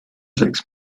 sechs